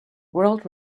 world